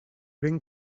ben